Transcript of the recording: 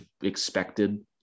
expected